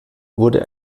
wurde